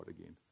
again